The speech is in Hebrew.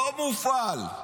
הוא לא מופעל.